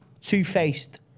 two-faced